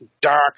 dark